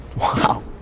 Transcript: Wow